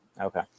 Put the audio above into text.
Okay